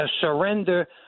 surrender